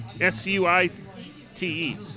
S-U-I-T-E